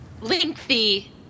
lengthy